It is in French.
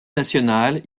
nationales